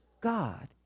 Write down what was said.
God